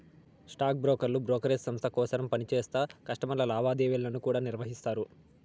stock బ్రోకర్లు brokerage సంస్త కోసరం పనిచేస్తా కస్టమర్ల లావాదేవీలను కూడా నిర్వహిస్తారు